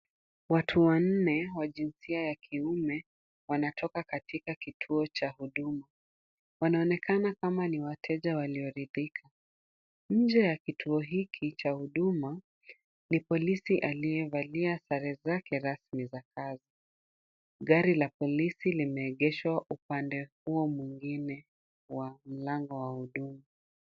Watu wanne wa jinsia ya kiume wanatoka katika kituo cha huduma. Wanaonekana kama ni wateja walioridhika. Nje ya kituo hiki cha huduma ni polisi aliyevalia sare zake rasmi za kazi. Gari la polisi limeegeshwa upande huo mwingine wa mlango wa huduma.